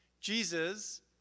Jesus